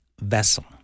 vessel